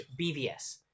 BVS